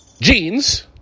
jeans